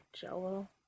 jello